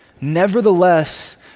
nevertheless